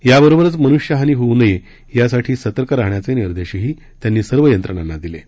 याबरोबरचं मनुष्यहानी होऊ नये यासाठी सतर्क राहण्याचे निर्देशही त्यांनी सर्व यंत्रणांना दिले आहेत